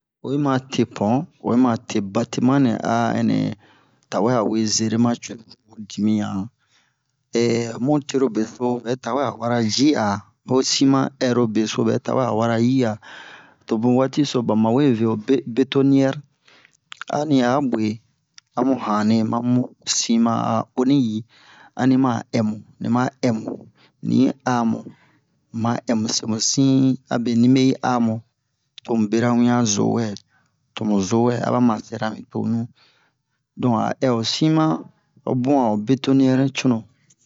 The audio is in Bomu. Oyima te pon oyima te batima nɛ a ɛnɛ tawɛ awe zerema curulu ho dimiyan mu terobe so ɓɛ tawɛ a wara ji'a ho siman ɛrobe so ɓɛ tawɛ a wara ji'a to bun so ɓa mawe vo o be- betoniyɛr ani ɓwe amu hanne mamu siman a o ni yi ani ma ɛmu ni ma ɛmu ni yi amu muma ɛmu semusin abe nibe yi amu tomu bera winiɲan zo wɛ tomu zo wɛ aba ma sɛra mi tonu donk a ɛ ho siman ho bun a ho betoniyɛr cunu